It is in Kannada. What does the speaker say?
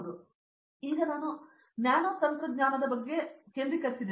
ಆದ್ದರಿಂದ ಈಗ ನಾನು ನ್ಯಾನೊತಂತ್ರಜ್ಞಾನದ ಬಗ್ಗೆ ಕೇಂದ್ರೀಕರಿಸಿದ್ದೇನೆ